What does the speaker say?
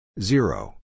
Zero